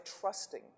trusting